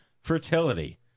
Fertility